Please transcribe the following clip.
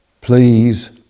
please